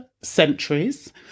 centuries